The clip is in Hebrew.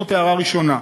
זאת הערה ראשונה.